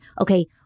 okay